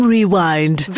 Rewind